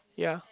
ya